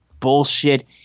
bullshit